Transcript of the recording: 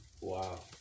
Wow